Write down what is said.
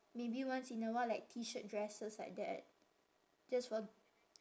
maybe once in a while like T shirt dresses like that just for